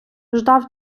ждав